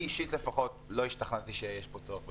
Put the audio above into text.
אני אישית לא השתכנעתי שיש פה צורך בדחייה.